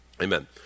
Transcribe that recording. Amen